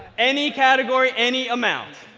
any category, any amount.